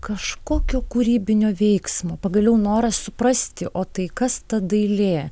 kažkokio kūrybinio veiksmo pagaliau noras suprasti o tai kas ta dailė